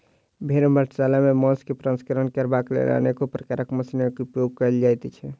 भेंड़ बधशाला मे मौंस प्रसंस्करण करबाक लेल अनेको प्रकारक मशीनक उपयोग कयल जाइत छै